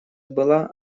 была